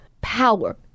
power